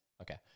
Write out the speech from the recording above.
Okay